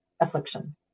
affliction